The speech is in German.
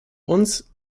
uns